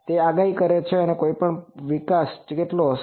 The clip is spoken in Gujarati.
તે આગાહી કરે છે કે કોઈપણ પાકનો વિકાસ કેટલો હશે